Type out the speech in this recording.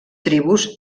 tribus